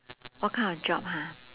what kind of job ha